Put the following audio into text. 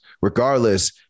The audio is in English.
Regardless